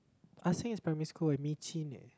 Ah-Seng is primary school and eh